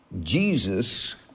Jesus